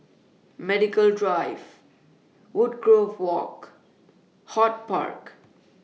Medical Drive Woodgrove Walk HortPark